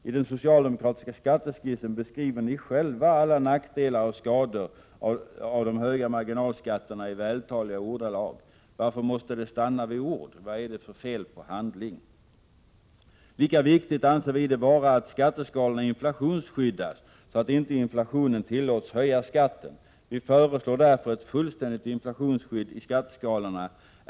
I den socialdemokratiska skatteskissen beskriver ni själva alla nackdelar och skador av de höga marginalskatterna i vältaliga ordalag. Varför måste det stanna vid ord? Vad är det för fel på handling? Lika viktigt anser vi det vara att skatteskalorna inflationsskyddas, så att inte inflationen tillåts höja skatten: Vi föreslår därför ett fullständigt inflationsskydd i skatteskalorna.